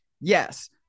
Yes